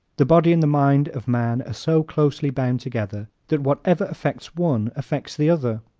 the body and the mind of man are so closely bound together that whatever affects one affects the other.